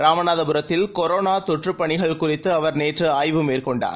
ராமநாதபுரத்தில்கொரோனாதொற்றுபணிகள்குறித்துஅவர்நேற்றுஆய்வுமேற்கொண்டார்